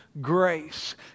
grace